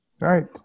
right